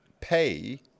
pay